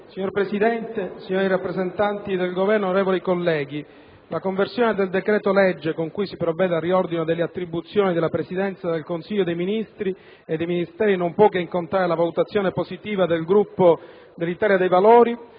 Signora Presidente, signori rappresentanti del Governo, onorevoli colleghi, la conversione del decreto-legge con cui si provvede al riordino delle attribuzioni della Presidenza del Consiglio dei ministri e dei Ministeri non può che incontrare la valutazione positiva del Gruppo Italia dei Valori,